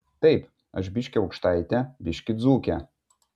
taip aš biškį aukštaitė biškį dzūkė